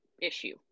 issue